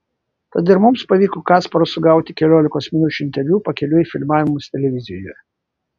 tad ir mums pavyko kasparą sugauti keliolikos minučių interviu pakeliui į filmavimus televizijoje